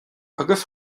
agus